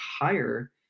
higher